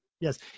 Yes